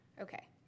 Okay